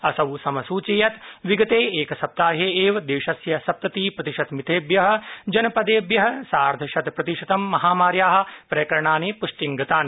असौ समसूयचयत् विगते एक सप्ताहे एव देशस्य सप्तति प्रतिशत मितेभ्य जनपदेभ्य सार्ध शत प्रतिशतं महामार्या प्रकरणानि पृष्टिंगतानि